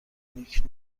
نیک